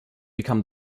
become